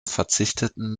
verzichteten